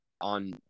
On